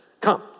come